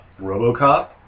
RoboCop